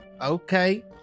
Okay